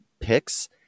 picks